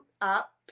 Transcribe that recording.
up